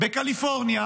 בקליפורניה